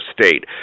state